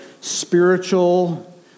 spiritual